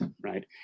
right